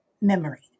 memory